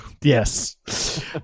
Yes